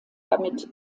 damit